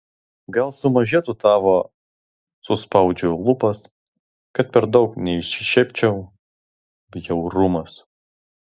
gal sumažėtų tavo suspaudžiu lūpas kad per daug neišsišiepčiau bjaurumas